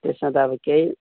त्यसमा त अब केही